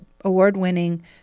award-winning